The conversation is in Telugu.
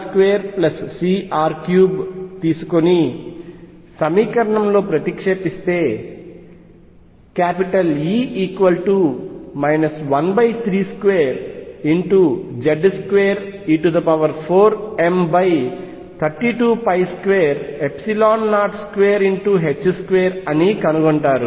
urarbr2cr3 తీసుకొని సమీకరణంలో ప్రతిక్షేపిస్తే E 132 అని కనుగొంటారు